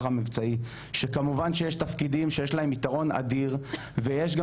המבצעי שכמובן שיש תפקידים שיש להם ייתרון אדיר ויש גם